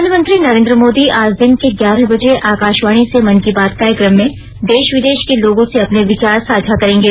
प्रधानमंत्री नरेन्द्र मोदी आज दिन के ग्यारह बजे आकाशवाणी से मन की बात कार्यक्रम में देश विदेश के लोगों से अपने विचार साझा करेंगे